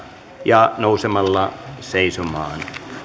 ja nousemalla seisomaan